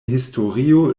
historio